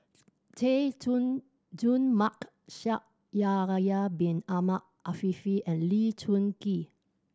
Chay Jung Jun Mark Shaikh Yahya Bin Ahmed Afifi and Lee Choon Kee